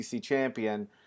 champion